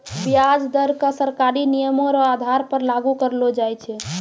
व्याज दर क सरकारी नियमो र आधार पर लागू करलो जाय छै